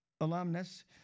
alumnus